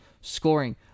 scoring